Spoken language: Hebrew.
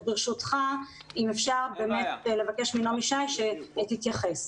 אז ברשותך אם אפשר באמת לבקש מנעמי שי שתתייחס.